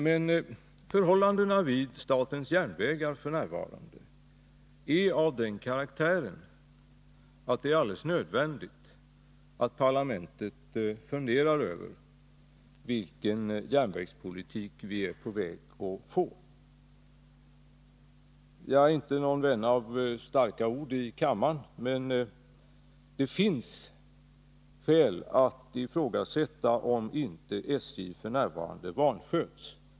Men förhållandena vid statens järnvägar f. n. är av den karaktären att det är helt nödvändigt att parlamentet funderar över vilken järnvägspolitik vi är på väg att få. Jag är inte någon vän av starka ord i kammaren, men det finns skäl att ifrågasätta om inte SJ f. n. vansköts.